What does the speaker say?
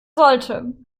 sollte